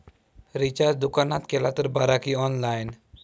Recharge दुकानात केला तर बरा की ऑनलाइन?